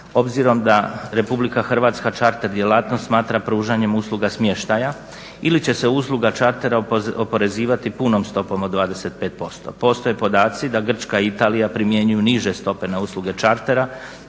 obzirom da RH čarter djelatnost pruža uslugom smještaja ili će se usluga čartera oporezivati punom stopom od 25%. Postoje podaci da Grčka i Italija primjenjuju niže stope na usluge Čartera.